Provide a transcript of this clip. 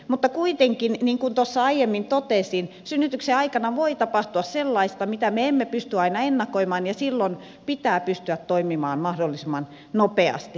mutta kuitenkin niin kuin tuossa aiemmin totesin synnytyksen aikana voi tapahtua sellaista mitä me emme pysty aina ennakoimaan ja silloin pitää pystyä toimimaan mahdollisimman nopeasti